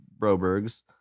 Brobergs